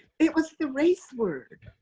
it was the race word.